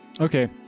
Okay